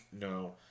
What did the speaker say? no